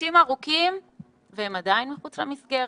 חודשים אחרי והם עדיין מחוץ למסגרת.